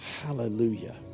Hallelujah